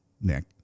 Nick